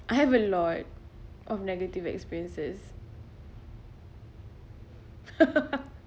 I have a lot of negative experiences